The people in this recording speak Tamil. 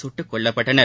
சுட்டுக்கொல்லப்பட்டனர்